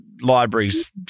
libraries